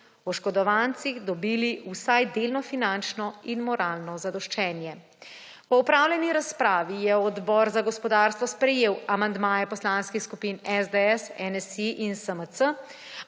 oškodovanci dobili vsaj delno finančno in moralno zadoščenje. Po opravljeni razpravi je Odbor za gospodarstvo sprejel amandmaje poslanskih skupin SDS, NSi in SMC,